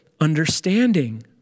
understanding